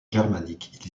germanique